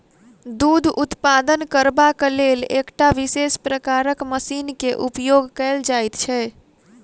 दूध उत्पादन करबाक लेल एकटा विशेष प्रकारक मशीन के उपयोग कयल जाइत छै